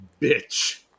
bitch